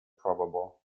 probable